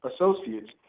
associates